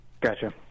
Gotcha